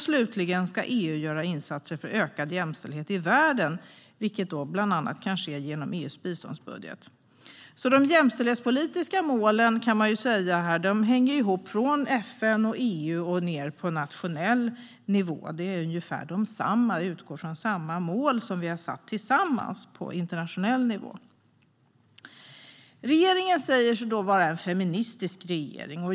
Slutligen ska EU göra insatser för ökad jämställdhet i världen, vilket kan ske bland annat genom EU:s biståndsbudget. De jämställdhetspolitiska målen hänger alltså ihop från FN och EU ned på nationell nivå. De är ungefär desamma; de utgår från samma mål som vi har satt tillsammans på internationell nivå. Regeringen säger sig vara en feministisk regering.